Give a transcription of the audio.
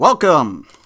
Welcome